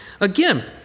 Again